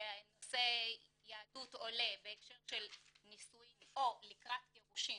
שנושא יהדות עולה בהקשר של נישואין או לקראת גירושין,